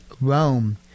Rome